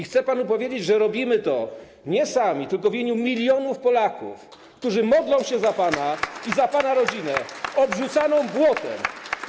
Chcę panu powiedzieć, że robimy to nie sami, tylko w imieniu milionów Polaków, którzy modlą się za pana i za pana rodzinę obrzucaną błotem.